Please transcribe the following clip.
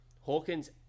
Hawkins